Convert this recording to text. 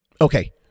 Okay